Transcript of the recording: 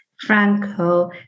Franco